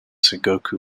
sengoku